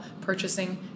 purchasing